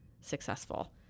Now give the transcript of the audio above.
successful